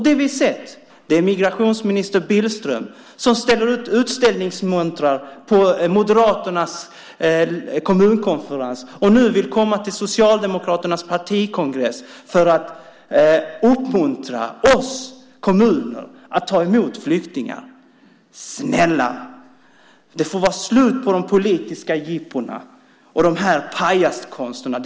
Det vi har sett är migrationsminister Billström som ställer ut utställningsmontrar på Moderaternas kommunkonferens och nu vill komma till Socialdemokraternas partikongress för att uppmuntra kommuner att ta emot flyktingar. Snälla, det får vara slut på de politiska jippona och pajaskonsterna!